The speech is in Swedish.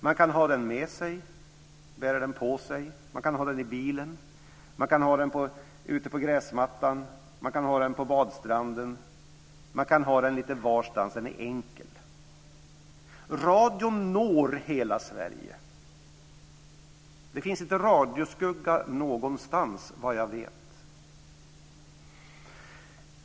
Man kan ha den med sig, bära den på sig. Man kan ha den i bilen. Man kan ha den ute på gräsmattan. Man kan ha den på badstranden. Man kan ha den lite varstans. Den är enkel. Radion når hela Sverige. Det finns inte radioskugga någonstans, vad jag vet.